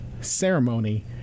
ceremony